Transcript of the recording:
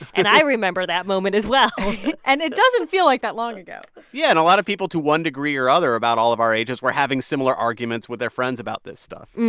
and i remember that moment as well and it doesn't feel like that long ago yeah. and a lot of people, to one degree or other, about all of our ages were having similar arguments with their friends about this stuff mmm hmm.